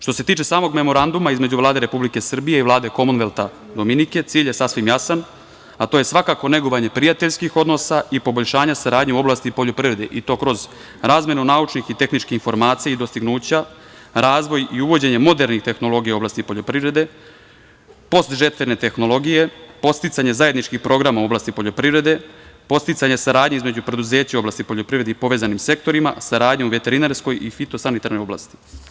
Što se tiče samog Memoranduma između Vlade Republike Srbije i Vlade Komonvelta Dominike cilj je sasvim jasan, a to je svakako negovanje prijateljskih odnosa i poboljšanja saradnje u oblasti poljoprivrede i to kroz razmenu naučnih i tehničkih informacija i dostignuća, razvoj i uvođenje modernih tehnologija u oblasti poljoprivrede, ... tehnologije, podsticanje zajedničkih programa u oblasti poljoprivrede, podsticanje saradnje između preduzeća u oblasti poljoprivrede i povezanim sektorima, saradnja u veterinarskoj i fitosanitarnoj oblasti.